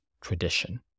tradition